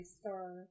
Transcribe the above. Star